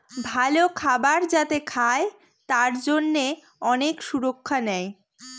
ভালো খাবার যাতে খায় তার জন্যে অনেক সুরক্ষা নেয়